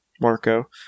Marco